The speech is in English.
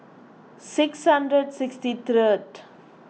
six hundred sixty third